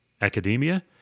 academia